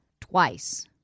twice